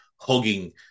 hugging